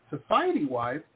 society-wise